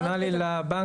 אז זה אופציונלי לבנקים?